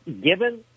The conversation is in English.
given